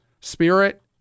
spirit